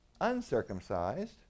uncircumcised